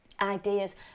ideas